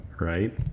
right